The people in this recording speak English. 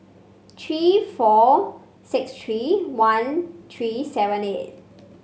three four six three one three seven eight